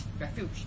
refuge